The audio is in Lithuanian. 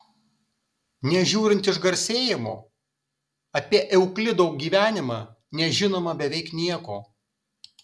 nežiūrint išgarsėjimo apie euklido gyvenimą nežinoma beveik nieko